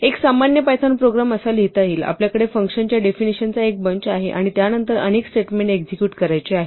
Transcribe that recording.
एक सामान्य Python program असा लिहिता येईल आपल्याकडे फंक्शनच्या डेफिनिशनचा एक बंच आहे आणि त्यानंतर अनेक स्टेटमेंट एक्झेक्युट करायचे आहे